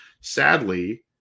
sadly